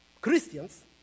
Christians